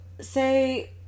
say